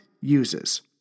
uses